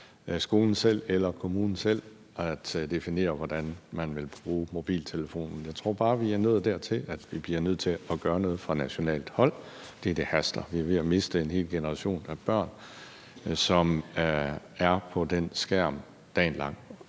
skolen selv eller kommunen selv at definere, hvordan man vil bruge mobiltelefonen, men jeg tror bare, vi er nået dertil, at vi bliver nødt til at gøre noget fra nationalt hold, fordi det haster. Vi er ved at miste en hel generation af børn, som er på den skærm dagen lang